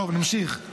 טוב, נמשיך.